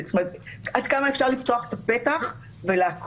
ועד כמה אפשר לפתוח את הפתח ולעקוף